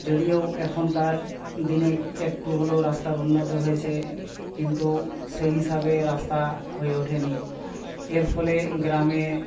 যদিও এখনকার দিনে একটু হলেও রাস্তার উন্নত হয়েছে কিন্তু সেই হিসাবে রাস্তা হয়ে ওঠেনি এর ফলে গ্রামে